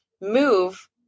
move